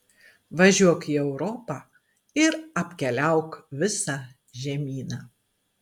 važiuok į europą ir apkeliauk visą žemyną